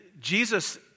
Jesus